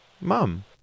Mum